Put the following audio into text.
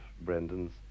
Brendan's